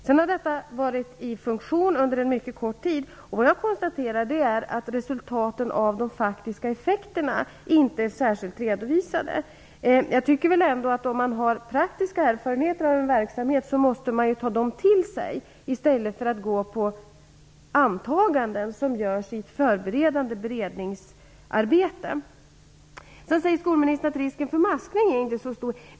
Sedan har detta varit i funktion under en mycket kort tid, och jag konstaterar att resultaten och de faktiska effekterna inte är särskilt redovisade. Jag tycker att om man har praktiska erfarenheter av en verksamhet måste man också ta dem till sig, i stället för att gå på antaganden som görs i ett förberedande beredningsarbete. Sedan säger skolministern att risken för maskning inte är så stor.